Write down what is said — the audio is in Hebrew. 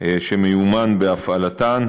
שמיומן בהפעלתן,